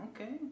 okay